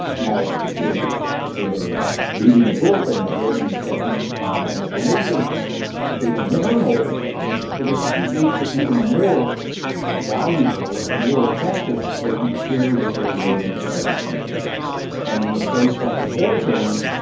now, if they're if they're reading a book and they're learning the techniques from the transformation they can learn all the techniques but it makes it even more valuable and more effective if they can share what they're learning with other people and in a place like a war zone,